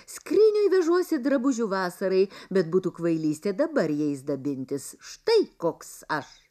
skrynioj vežuosi drabužių vasarai bet būtų kvailystė dabar jais dabintis štai koks aš